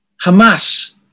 Hamas